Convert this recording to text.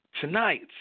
Tonight